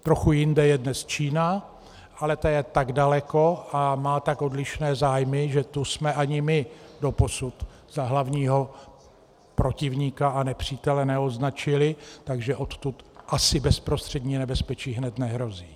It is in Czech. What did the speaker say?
Trochu jinde je dnes Čína, ale ta je tak daleko a má tak odlišné zájmy, že tu jsme ani my doposud za hlavního protivníka a nepřítele neoznačili, takže odtud asi bezprostřední nebezpečí hned nehrozí.